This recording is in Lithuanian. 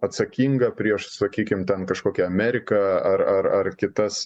atsakinga prieš sakykim ten kažkokią ameriką ar ar ar kitas